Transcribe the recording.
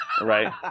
right